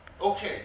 Okay